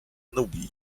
nubii